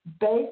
based